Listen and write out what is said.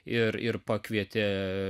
ir ir pakvietė